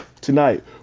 tonight